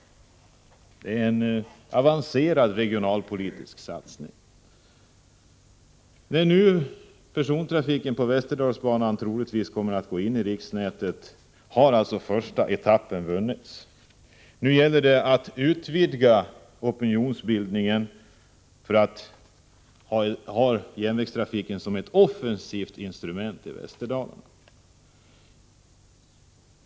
Det är en avancerad regionalpolitisk satsning. När nu persontrafiken på Västerdalsbanan troligen kommer att gå in i riksnätet har alltså första etappen vunnits. Nu gäller det att utvidga opinionsbildningen för att ha järnvägstrafiken som ett offensivt instrument i Västerdalarna.